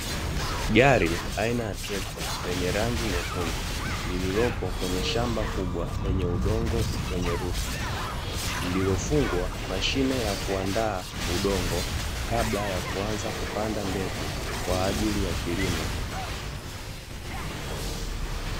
Gari aina ya trekta lenye rangi nyekundu, lililopo kwenye shamba kubwa lenye udongo wenye rutuba. Lililofungwa mashine ya kuandaa udongo, kabla ya kuanza kupanda mbegu, kwa ajili ya kilimo.